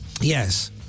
yes